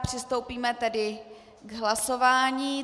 Přistoupíme tedy k hlasování.